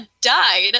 died